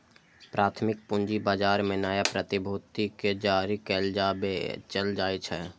प्राथमिक पूंजी बाजार मे नया प्रतिभूति कें जारी कैल आ बेचल जाइ छै